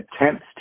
attempts